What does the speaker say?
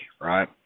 right